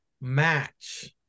match